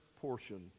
portion